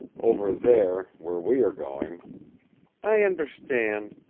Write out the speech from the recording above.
over there, where we are going i understand.